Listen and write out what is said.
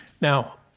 Now